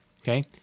okay